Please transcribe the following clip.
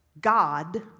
God